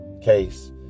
case